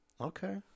Okay